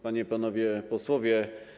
Panie i Panowie Posłowie!